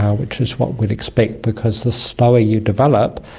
which is what we'd expect because the slower you develop,